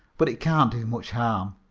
but it can't do much harm.